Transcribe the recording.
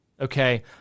okay